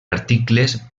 articles